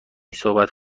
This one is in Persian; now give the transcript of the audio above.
صحبت